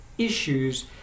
issues